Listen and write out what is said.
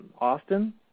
Austin